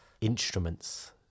instruments